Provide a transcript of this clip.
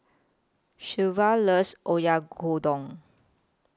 Shelva loves Oyakodon